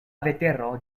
vetero